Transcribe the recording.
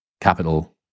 Capital